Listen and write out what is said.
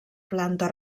planta